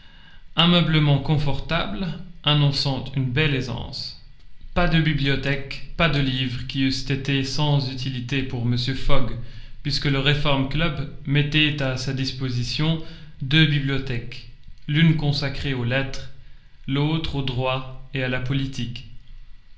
ameublement confortable annonçant une belle aisance pas de bibliothèque pas de livres qui eussent été sans utilité pour mr fogg puisque le reform club mettait à sa disposition deux bibliothèques l'une consacrée aux lettres l'autre au droit et à la politique